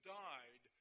died